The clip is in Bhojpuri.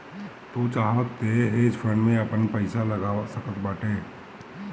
तू चाहअ तअ हेज फंड में आपन पईसा लगा सकत बाटअ